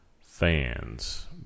fans